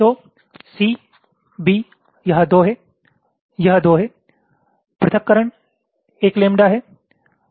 तो C B यह 2 है यह 2 है पृथक्करण 1 लैम्ब्डा है